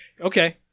Okay